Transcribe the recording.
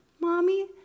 Mommy